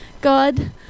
God